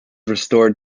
restored